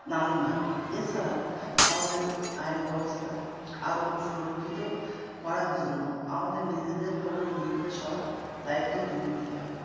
নানানভাবে এছাড়াও আমাদের আইনি ব্যবস্থা আরো সুরক্ষিত করার জন্য আমাদের নিজেদের ওপরে নিজেদের সবার দায়িত্বও তুলে নিতে হবে